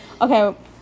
okay